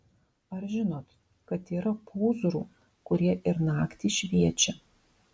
ar žinot kad yra pūzrų kurie ir naktį šviečia